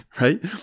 right